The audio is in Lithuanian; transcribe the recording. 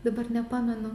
dabar nepamenu